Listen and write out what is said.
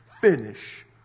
finish